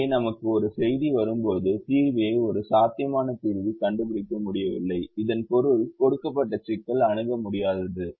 எனவே நமக்கு ஒரு செய்தி வரும்போது தீர்வி ஒரு சாத்தியமான தீர்வைக் கண்டுபிடிக்க முடியவில்லை இதன் பொருள் கொடுக்கப்பட்ட சிக்கல் அணுக முடியாதது